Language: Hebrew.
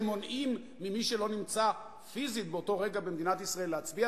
שמונעים ממי שלא נמצא פיזית באותו רגע במדינת ישראל להצביע,